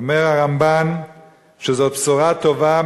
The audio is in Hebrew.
אומר הרמב"ן שזו בשורה טובה,